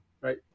right